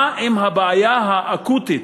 מה עם הבעיה האקוטית,